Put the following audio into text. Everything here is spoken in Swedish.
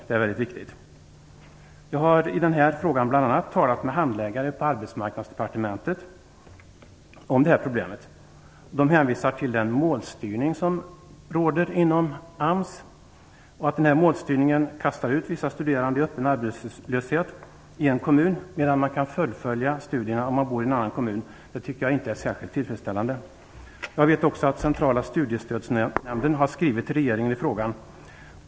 Det är väldigt viktigt. Jag har talat med bl.a. handläggare på Arbetsmarknadsdepartementet om det här problemet. De hänvisar till den målstyrning som råder inom AMS och att denna målstyrning kastar ut vissa studerande i öppen arbetslöshet i en kommun, medan man kan fullfölja studierna om man bor i en annan kommun. Det tycker jag inte är särskilt tillfredsställande. Jag vet också att CSN har skrivit till regeringen i frågan.